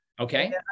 Okay